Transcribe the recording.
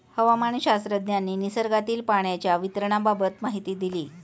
हवामानशास्त्रज्ञांनी निसर्गातील पाण्याच्या वितरणाबाबत माहिती दिली